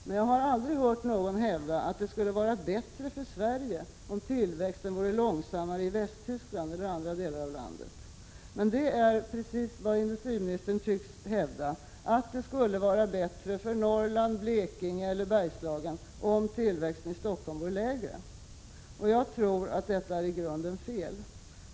Men jag har aldrig hört någon hävda att det skulle vara bättre för Sverige om tillväxten vore långsammare i Västtyskland eller i andra delar av landet än Stockholmsområdet. Det är emellertid precis vad industriministern tycks hävda — att det skulle vara bättre för Norrland, Blekinge eller Bergslagen om tillväxten i Stockholm vore lägre. Jag tror att detta är i grunden fel.